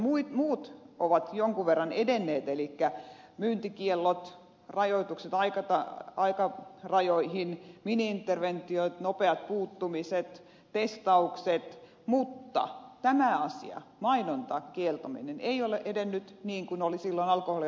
nämä muut ovat jonkin verran edenneet elikkä myyntikiellot rajoitukset aikarajoihin mini interventiot nopeat puuttumiset testaukset mutta tämä asia mainontakielto ei ole edennyt niin kuin oli silloin alkoholiohjelmassa ajateltu